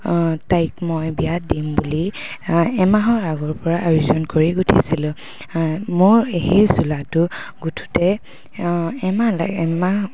তাইক মই বিয়াত দিম বুলি এমাহৰ আগৰ পৰা আয়োজন কৰি গুঠিছিলোঁ মোৰ সেই চোলাটো গুঠোঁতে এমাহ এমাহ